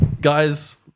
guys –